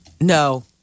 No